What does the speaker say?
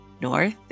north